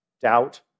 Doubt